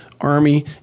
army